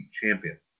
champion